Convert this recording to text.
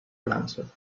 frança